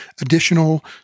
additional